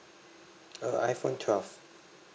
uh iphone twelve